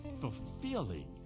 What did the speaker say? fulfilling